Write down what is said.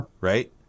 Right